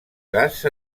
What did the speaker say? gas